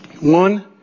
One